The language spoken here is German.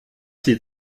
sieht